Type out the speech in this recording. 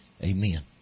Amen